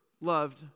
loved